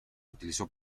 utilizó